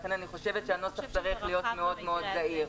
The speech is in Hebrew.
לכן, אני חושבת שהנוסח צריך להיות מאוד זהיר.